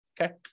Okay